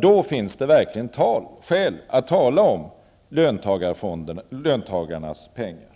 Då finns det verkligen skäl att tala om löntagarnas pengar.